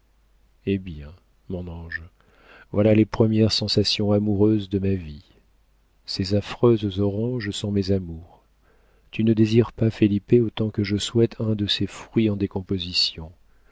eh bien mon ange voilà les premières sensations amoureuses de ma vie ces affreuses oranges sont mes amours tu ne désires pas felipe autant que je souhaite un de ces fruits en décomposition